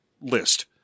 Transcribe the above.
list